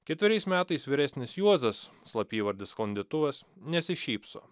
ketveriais metais vyresnis juozas slapyvardis sklandytuvas nesišypso